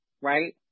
Right